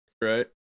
right